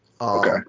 Okay